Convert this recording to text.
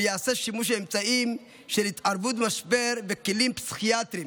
ויעשה שימוש באמצעים של התערבות במשבר בכלים פסיכיאטריים